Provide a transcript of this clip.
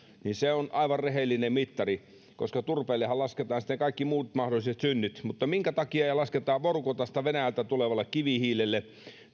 se on aivan rehellinen mittari koska turpeellehan lasketaan sitten kaikki muut mahdolliset synnit mutta minkä takia ei lasketa vorkutasta venäjältä tulevalle kivihiilelle